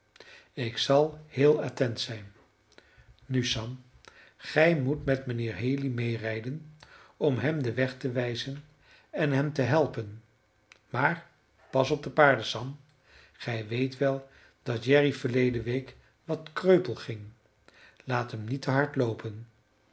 ik zal heel attent zijn nu sam gij moet met mijnheer haley mederijden om hem den weg te wijzen en hem te helpen maar pas op de paarden sam gij weet wel dat jerry verleden week wat kreupel ging laat hem niet te hard loopen